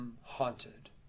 haunted